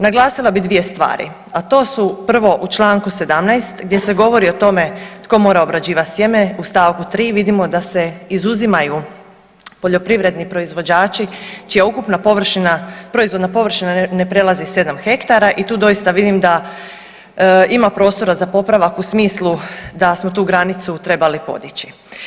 Naglasila bih dvije stvari, a to su prvo u čl. 17. gdje se govori o tome tko mora obrađivati sjeme u st. 3. vidimo da se izuzimaju poljoprivredni proizvođači čija ukupna proizvodna površina ne prelazi sedam hektara i tu doista vidim da ima prostora za popravak u smislu da smo tu granicu trebali podići.